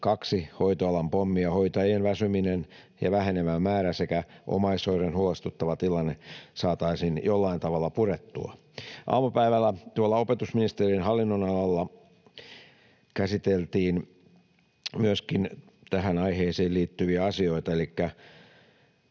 kaksi hoitoalan pommia, hoitajien väsyminen ja vähenevä määrä sekä omaishoidon huolestuttava tilanne, saataisiin jollain tavalla purettua. Aamupäivällä tuolla opetusministeriön hallinnonalalla käsiteltiin myöskin tähän aiheeseen liittyviä asioita elikkä